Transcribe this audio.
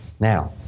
Now